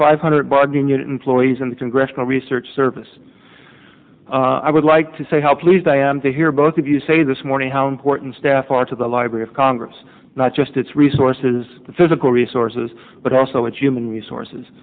five hundred bargain your employees in the congressional research service i would like to say how pleased i am to hear both of you say this morning how important staff are to the library of congress not just its resources the physical resources but also its human resources